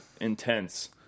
intense